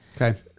okay